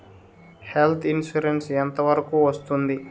Health insurance ఎంత వరకు వస్తుంది?